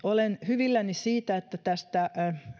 olen hyvilläni siitä että tästä